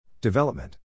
Development